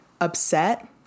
upset